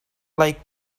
like